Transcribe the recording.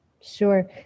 Sure